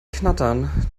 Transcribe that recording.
knattern